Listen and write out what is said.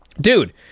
Dude